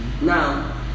Now